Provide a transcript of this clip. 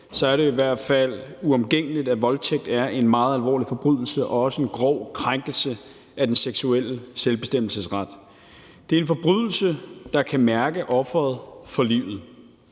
så er det i hvert fald uomgængeligt, at voldtægt er en meget alvorlig forbrydelse og også en grov krænkelse af den seksuelle selvbestemmelsesret. Det er en forbrydelse, der kan mærke offeret for livet.